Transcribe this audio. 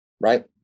right